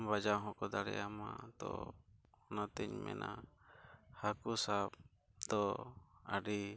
ᱵᱟᱡᱟᱣ ᱦᱚᱸᱠᱚ ᱫᱟᱲᱮᱭᱟᱢᱟ ᱛᱚ ᱚᱱᱟᱛᱤᱧ ᱢᱮᱱᱟ ᱦᱟᱹᱠᱩ ᱥᱟᱵ ᱫᱚ ᱟᱹᱰᱤ